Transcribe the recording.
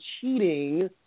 cheating